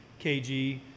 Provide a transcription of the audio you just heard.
kg